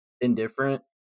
indifferent